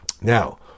Now